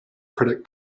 credit